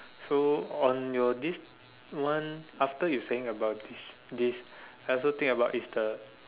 so on your this one after you saying about this this I also think about is the